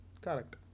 correct